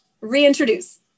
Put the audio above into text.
reintroduce